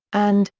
and,